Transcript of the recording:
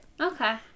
Okay